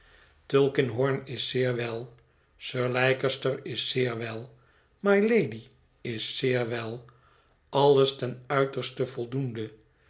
tulkinghorn is zeer wel sir leicester is zeer wel mylady is zeer wel alles ten uiterste voldoende